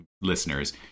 listeners